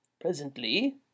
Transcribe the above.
Presently